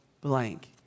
blank